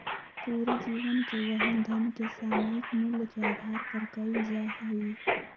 पूरे जीवन के वहन धन के सामयिक मूल्य के आधार पर कइल जा हई